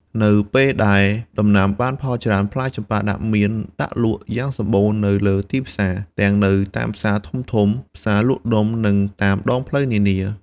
នៅពេលដែលដំណាំបានផលច្រើន ផ្លែចម្ប៉ាដាក់មានដាក់លក់យ៉ាងសម្បូរនៅលើទីផ្សារ ទាំងនៅតាមផ្សារធំៗ ផ្សារលក់ដុំ និងតាមដងផ្លូវនានា។